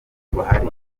bahari